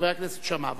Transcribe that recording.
חבר הכנסת שאמה,